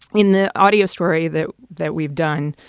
in the audio story that that we've done,